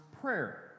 Prayer